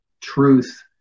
truth